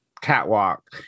catwalk